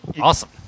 Awesome